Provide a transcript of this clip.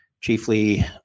chiefly